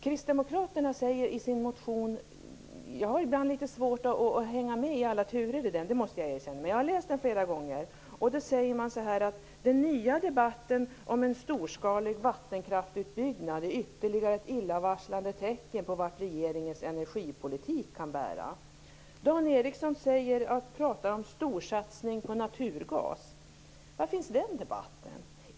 Kristdemokraterna säger i sin motion - jag måste erkänna att jag ibland har litet svårt att hänga med i alla turer i den, men jag har läst den flera gånger - att den nya debatten om en storskalig vattenkraftutbyggnad är ytterligare ett illavarslande tecken på vart regeringens energipolitik kan bära. Dan Ericsson pratar om storsatsning på naturgas. Var finns den debatten?